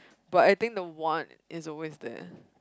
but I think the want is always there